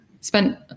spent